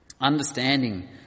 understanding